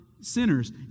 sinners